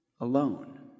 alone